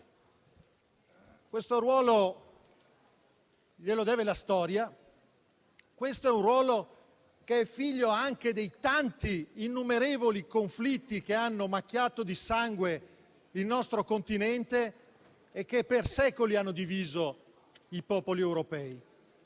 Questo ruolo glielo deve la storia, è un ruolo che è figlio anche dei tanti, innumerevoli conflitti che hanno macchiato di sangue il nostro Continente e che per secoli hanno diviso i popoli europei.